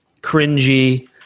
Cringy